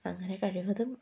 അങ്ങനെ കഴിവതും